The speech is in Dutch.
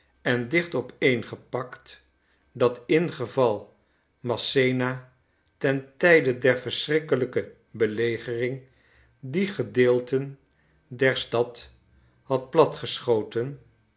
en dicht opeengepakt dat ingeval massena ten tijde der verschrikkelijke belegering die gedeelten der stad had